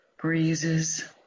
breezes